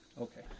Okay